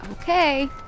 Okay